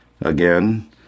Again